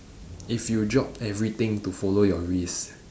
if you drop everything to follow your risk